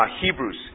Hebrews